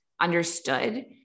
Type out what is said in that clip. understood